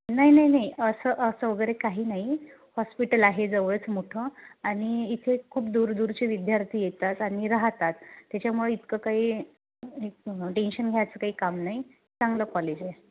नाही नाही नाही असं असं वगैरे काही नाही हॉस्पिटल आहे जवळच मोठं आणि इथे खूप दूरदूरचे विद्यार्थी येतात आणि राहतात त्याच्यामुळे इतकं काही टेंशन घ्यायचं काही काम नाही चांगलं कॉलेज आहे